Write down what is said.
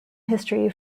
history